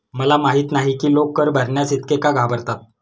मला माहित नाही की लोक कर भरण्यास इतके का घाबरतात